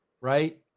right